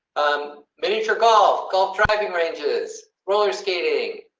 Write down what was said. um miniature golf, golf driving ranges roller skating,